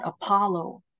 Apollo